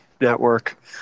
network